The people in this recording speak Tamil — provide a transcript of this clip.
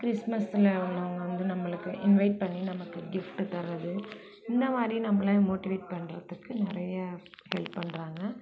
கிறிஸ்மஸில் அவங்க வந்து நம்மளுக்கு இன்வைட் பண்ணி நமக்கு கிஃப்ட்டு தரது இந்த மாதிரி நம்மளை மோட்டிவேட் பண்ணுறதுக்கு நிறைய ஹெல்ப் பண்ணுறாங்க